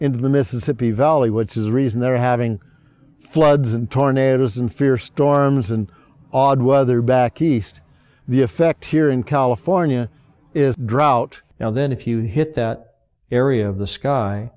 into the mississippi valley which is a reason they're having floods and tornadoes and fierce storms and odd weather back east the effect here in california is drought now then if you hit that area of the sky